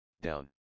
down